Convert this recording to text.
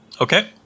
Okay